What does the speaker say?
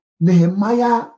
Nehemiah